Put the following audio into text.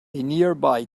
nearby